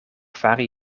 fari